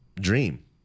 dream